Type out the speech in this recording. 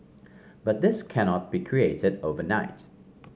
but this cannot be created overnight